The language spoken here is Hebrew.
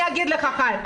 חיים,